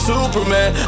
Superman